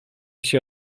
się